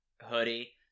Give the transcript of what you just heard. hoodie